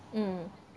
mm